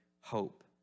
hope